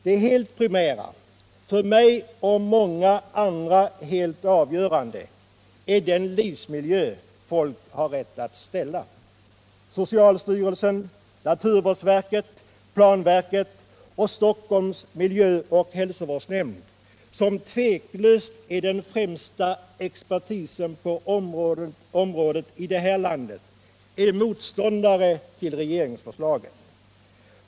Det helt primära och det för mig och många andra helt avgörande är den livsmiljö som folk har rätt att ställa krav på. Socialstyrelsen, naturvårdsverket, planverket och Stockholms miljöoch hälsovårdsnämnd, som utan tvivel är den främsta expertisen på det här området i landet, är motståndare till regeringsförslaget.